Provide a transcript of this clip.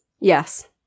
Yes